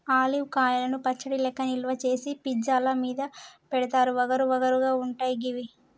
olive కాయలను పచ్చడి లెక్క నిల్వ చేసి పిజ్జా ల మీద పెడుతారు వగరు వగరు గా ఉంటయి గివి